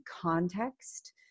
context